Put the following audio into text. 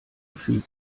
fühlt